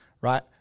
right